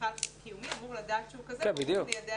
במפעל קיומי אמור לדעת שהוא כזה והוא מיידע